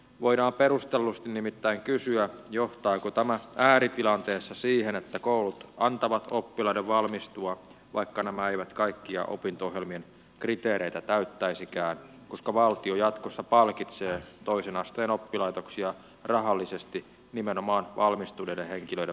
voidaan perustellusti nimittäin kysyä johtaako tämä ääritilanteessa siihen että koulut antavat oppilaiden valmistua vaikka nämä eivät kaikkia opinto ohjelmien kriteereitä täyttäisikään koska valtio jatkossa palkitsee toisen asteen oppilaitoksia rahallisesti nimenomaan valmistuneiden henkilöiden määrän perusteella